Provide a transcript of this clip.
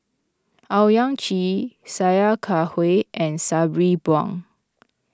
Owyang Chi Sia Kah Hui and Sabri Buang